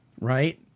right